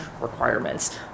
requirements